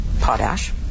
potash